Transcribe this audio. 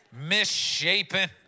Misshapen